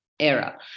era